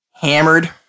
hammered